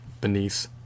beneath